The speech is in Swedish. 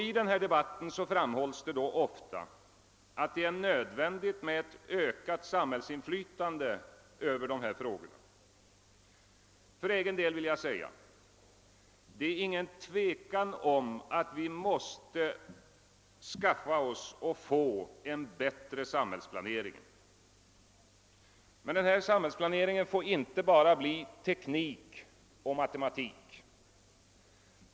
I debatten framhålles då ofta att det är nödvändigt med ett ökat samhällsinflytande över dessa frågor. För egen del vill jag säga, att det inte råder något tvivel om att vi måste skaffa oss en bättre samhällsplanering. Men denna får inte bli bara teknik och matematik.